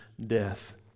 death